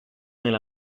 nella